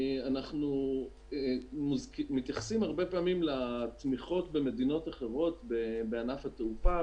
אנחנו מתייחסים הרבה פעמים לתמיכות במדינות אחרות בענף התעופה,